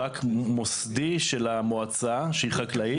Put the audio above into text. רק מוסדי של המועצה שהיא חקלאית.